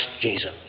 Jesus